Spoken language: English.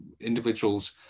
individuals